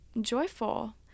joyful